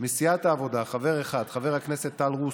מסיעת העבודה, חבר אחד, חבר הכנסת טל רוסו,